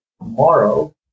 tomorrow